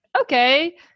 okay